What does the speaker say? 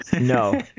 no